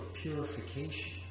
purification